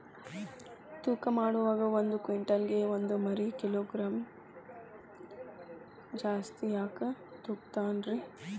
ತೂಕಮಾಡುವಾಗ ಒಂದು ಕ್ವಿಂಟಾಲ್ ಗೆ ಒಂದುವರಿ ಕಿಲೋಗ್ರಾಂ ಜಾಸ್ತಿ ಯಾಕ ತೂಗ್ತಾನ ರೇ?